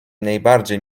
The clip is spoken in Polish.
najbardziej